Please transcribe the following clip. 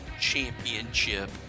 championship